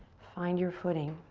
find your footing.